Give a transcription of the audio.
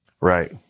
Right